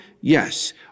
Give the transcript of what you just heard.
Yes